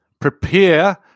prepare